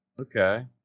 Okay